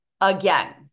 again